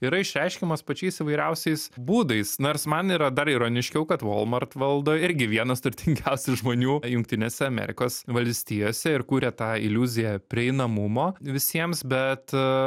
yra išreiškiamas pačiais įvairiausiais būdais nors man yra dar ironiškiau kad walmart valdo irgi vienas turtingiausių žmonių jungtinėse amerikos valstijose ir kuria tą iliuziją prieinamumo visiems bet